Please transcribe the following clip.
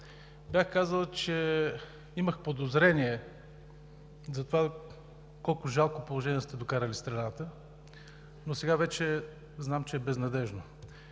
Бях казал, че имах подозрение за това в колко жалко положение сте докарали страната, но сега вече знам, че е безнадеждно.